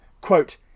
quote